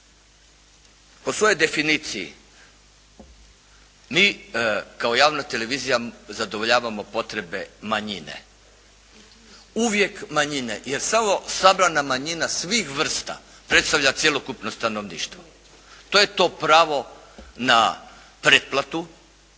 Po svojoj definiciji mi kao javna televizija zadovoljavamo potrebe manjine. Uvijek manjine. Jer samo sabrana manjina svih vrsta predstavlja cjelokupno stanovništvo. To je to pravo na pretplatu